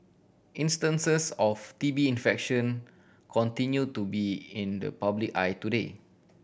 instances of T B infection continue to be in the public eye today